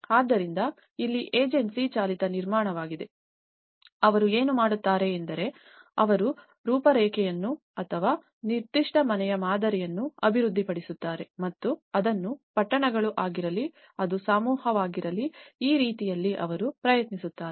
ಆದ್ದರಿಂದ ಇಲ್ಲಿ ಏಜೆನ್ಸಿ ಚಾಲಿತ ನಿರ್ಮಾಣವಾಗಿದೆ ಆದ್ದರಿಂದ ಅವರು ಏನು ಮಾಡುತ್ತಾರೆ ಎಂದರೆ ಅವರು ರೂಪರೇಖೆಯನ್ನು ಅಥವಾ ನಿರ್ದಿಷ್ಟ ಮನೆಯ ಮಾದರಿಯನ್ನು ಅಭಿವೃದ್ಧಿಪಡಿಸುತ್ತಾರೆ ಮತ್ತು ಅದನ್ನು ಪಟ್ಟಣಗಳು ಆಗಿರಲಿ ಅದು ಸಮೂಹಗಳು ಆಗಿರಲಿ ಆ ರೀತಿಯಲ್ಲಿ ಅವರು ಪ್ರಯತ್ನಿಸುತ್ತಾರೆ